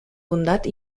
bondat